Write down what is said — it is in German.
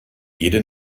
jede